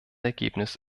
ergebnis